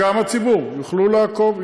וגם הציבור יוכלו לעקוב.